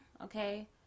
okay